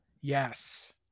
Yes